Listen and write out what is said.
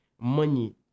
money